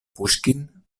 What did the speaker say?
puŝkin